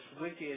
wicked